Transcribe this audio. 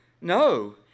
No